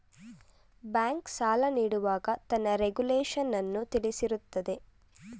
bank, ಸಾಲ ನೀಡುವಾಗ ತನ್ನ ರೆಗುಲೇಶನ್ನನ್ನು ತಿಳಿಸಿರುತ್ತದೆ